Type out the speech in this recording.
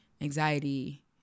anxiety